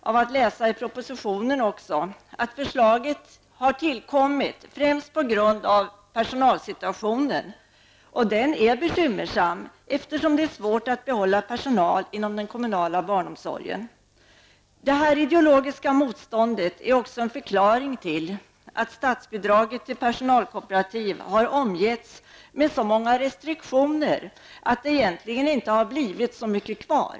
om man läser propositionen få uppfattningen att förslaget har tillkommit främst på grund av personalsituationen. Den är bekymmersam, eftersom det är svårt att behålla personal inom den kommunala barnomsorgen. Detta ideologiska motstånd är också en förklaring till att statsbidraget till personalkooperativ har omgetts med så många restriktioner att det egentligen inte har blivit så mycket kvar.